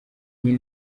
nti